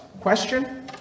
Question